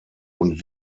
und